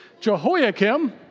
Jehoiakim